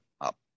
up